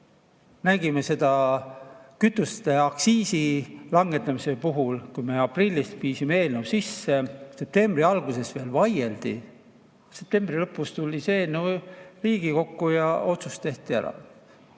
Nägime seda ka kütuste aktsiisi langetamise puhul, kui me aprillis viisime eelnõu sisse, septembri alguses veel vaieldi, septembri lõpus tuli eelnõu Riigikokku ja otsus tehti ära.